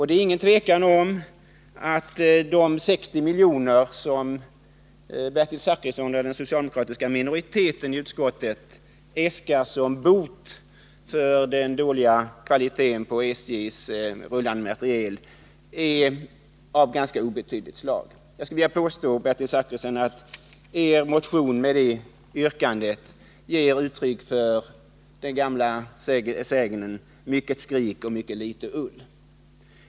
Det är inget tvivel om att de 60 miljoner som Bertil Zachrisson och den socialdemokratiska minoriteten i utskottet äskar för detta ändamål är en ganska obetydlig summa. Jag skulle vilja påstå att det yrkandet i er motion kan uttryckas med det gamla talesättet: Mycket väsen och litet ull.